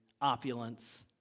opulence